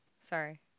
Sorry